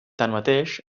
tanmateix